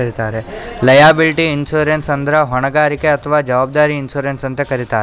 liability insurance ಅಂದ್ರ ಹೊಣೆಗಾರಿಕೆ ಅಥವಾ ಜವಾಬ್ದಾರಿ ಇನ್ಶೂರೆನ್ಸ್ ಅಂತ್ ಕರಿತಾರ್